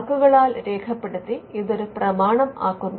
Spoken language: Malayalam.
വാക്കുകളാൽ രേഖപ്പെടുത്തി ഇത് ഒരു പ്രമാണം ആക്കുന്നു